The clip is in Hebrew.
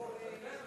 די,